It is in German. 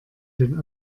den